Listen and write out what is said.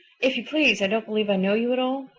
if you please, i don't believe i know you at all.